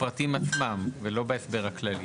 בפרטים עצמם ולא בהסבר הכללי.